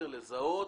לזהות